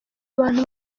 abantu